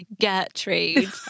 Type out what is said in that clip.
Gertrude